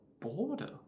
border